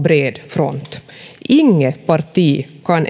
bred front inget parti kan